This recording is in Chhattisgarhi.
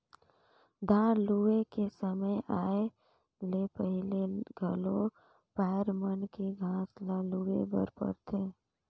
धान लूए के समे आए ले पहिले घलो पायर मन के घांस ल लूए बर परथे